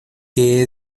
que